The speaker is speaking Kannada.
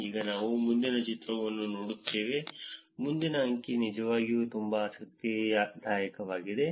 ಈಗ ನಾವು ಮುಂದಿನ ಚಿತ್ರವನ್ನು ನೋಡುತ್ತೇವೆ ಮುಂದಿನ ಅಂಕಿ ನಿಜವಾಗಿಯೂ ತುಂಬಾ ಆಸಕ್ತಿದಾಯಕವಾಗಿದೆ